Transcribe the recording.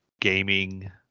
gaming